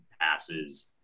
passes